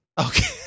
okay